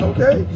Okay